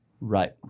right